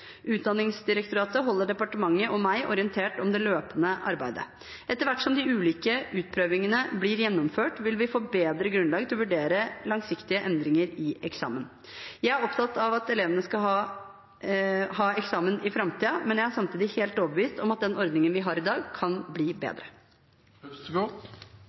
Utdanningsdirektoratet holder departementet og meg orientert om det løpende arbeidet. Etter hvert som de ulike utprøvingene blir gjennomført, vil vi få bedre grunnlag til å vurdere langsiktige endringer i eksamen. Jeg er opptatt av at elevene skal ha eksamen i framtiden, men jeg er samtidig helt overbevist om at den ordningen vi har i dag, kan bli